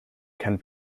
can